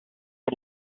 are